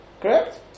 Correct